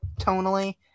tonally